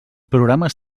programes